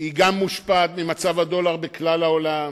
גם היא מושפעת ממצב הדולר בכלל העולם,